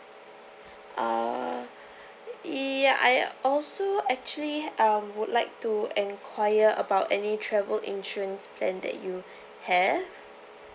uh e~ l also actually um would like to enquire about any travel insurance plan that you have